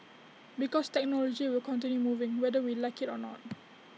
because technology will continue moving whether we like IT or not